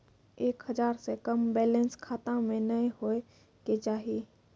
एक हजार से कम बैलेंस खाता मे नैय होय के चाही